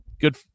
good